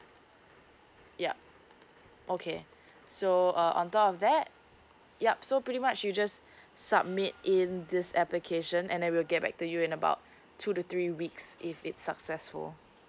yup okay so uh on top of that yup so pretty much you just submit in this application and then we will get back to you in about two to three weeks if it's successful